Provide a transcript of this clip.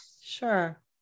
Sure